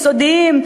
סודיים,